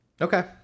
Okay